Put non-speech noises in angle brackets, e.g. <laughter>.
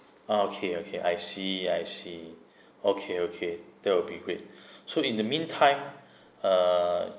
ah okay okay I see I see okay okay that will be great <breath> so in the meantime <breath> uh